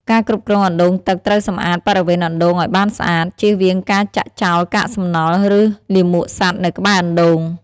ការគ្រប់គ្រងអណ្ដូងទឹកត្រូវសម្អាតបរិវេណអណ្ដូងឲ្យបានស្អាត ជៀសវាងការចាក់ចោលកាកសំណល់ ឬលាមកសត្វនៅក្បែរអណ្ដូង។